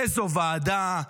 איזו ועדה.